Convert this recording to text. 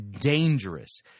dangerous